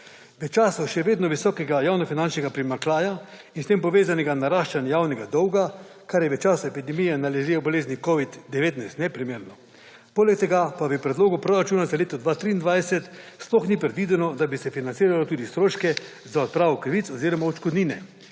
v času še vedno visokega javnofinančnega primanjkljaja in s tem povezanega naraščanja javnega dolga, kar je v času epidemije nalezljive bolezni covid-19 neprimerno. Poleg tega v predlogu proračuna za leto 2023 sploh ni predvideno, da bi se financiralo tudi stroške za odpravo krivic oziroma odškodnine,